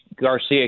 Garcia